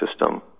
system